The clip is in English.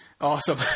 Awesome